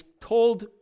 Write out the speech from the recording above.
told